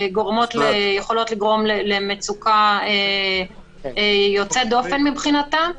ויכולות לגרום למצוקה יוצאת דופן מבחינתן.